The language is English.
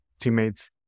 teammates